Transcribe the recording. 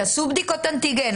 שעשו בדיקות אנטיגן,